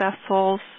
vessels